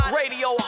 radio